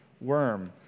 worm